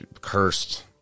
cursed